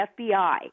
FBI –